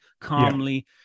calmly